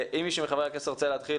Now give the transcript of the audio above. אם מישהו מחברי הכנסת רוצה להתחיל,